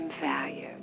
value